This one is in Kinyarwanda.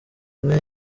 imwe